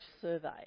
survey